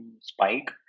spike